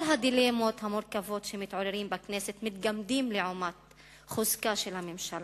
כל הדילמות המורכבות שמתעוררות בכנסת מתגמדות לעומת חוזקה של הממשלה.